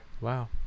wow